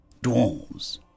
Dwarves